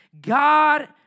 God